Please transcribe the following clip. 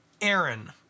Aaron